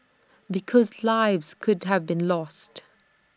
because lives could have been lost